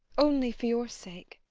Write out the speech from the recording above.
only for your sake.